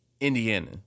Indiana